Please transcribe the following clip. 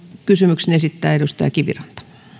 kysymyksen esittää edustaja kiviranta